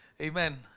Amen